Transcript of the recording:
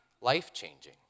life-changing